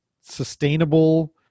sustainable